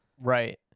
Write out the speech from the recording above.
Right